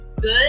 good